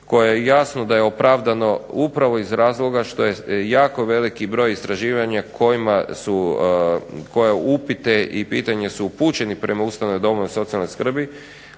koje jasno da je opravdano upravo iz razloga što je jako veliki broj istraživanja kojima su, koja upiti i pitanja su upućeni prema ustanove i domove socijalne skrbi